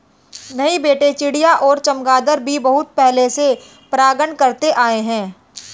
नहीं बेटे चिड़िया और चमगादर भी बहुत पहले से परागण करते आए हैं